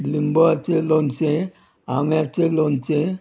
लिंबूआचे लोनचें आंब्याचें लोनचें